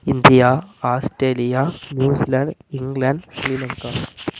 India Australia New Zealand England Sri Lanka